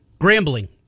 Grambling